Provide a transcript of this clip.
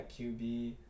QB